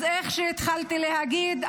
כפי שהתחלתי להגיד,